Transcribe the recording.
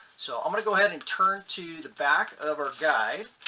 so i'm going to go ahead and turn to the back of our guide.